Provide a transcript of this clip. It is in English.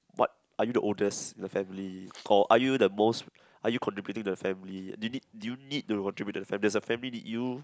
what are you the oldest in the family or are you the most are you contributing to the family did did do you need to contribute to the family does your family need you